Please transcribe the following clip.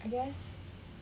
I guess